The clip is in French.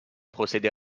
procéder